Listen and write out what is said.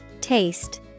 Taste